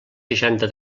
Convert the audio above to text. seixanta